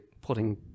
putting